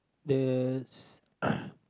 there's